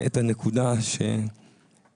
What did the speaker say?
את הנקודה שזה